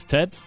Ted